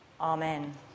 Amen